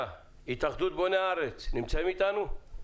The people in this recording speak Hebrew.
התאחדות בוני הארץ, מישהו נמצא איתנו?